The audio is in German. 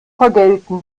vergelten